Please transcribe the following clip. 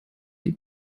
die